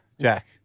Jack